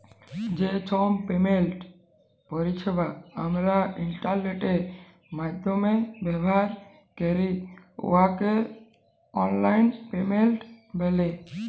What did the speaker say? যে ছব পেমেন্ট পরিছেবা আমরা ইলটারলেটের মাইধ্যমে ব্যাভার ক্যরি উয়াকে অললাইল পেমেল্ট ব্যলে